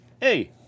Hey